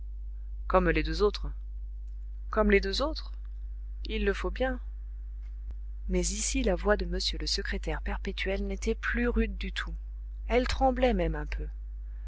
comme les deux autres comme les deux autres il le faut bien mais ici la voix de m le secrétaire perpétuel n'était plus rude du tout elle tremblait même un peu